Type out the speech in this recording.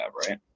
right